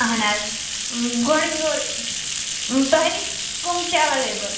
اَہَن حظ گۄڈٕ ہیوٚر تۄہہِ نِش کٕم چھِ ایٚویلیبُل